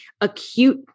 acute